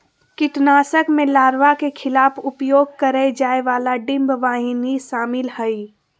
कीटनाशक में लार्वा के खिलाफ उपयोग करेय जाय वाला डिंबवाहिनी शामिल हइ